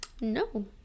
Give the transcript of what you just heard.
no